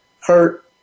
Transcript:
hurt